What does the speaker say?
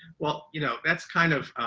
well, you know, that's kind of